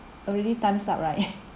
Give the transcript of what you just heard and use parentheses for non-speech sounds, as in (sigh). already time up right (laughs)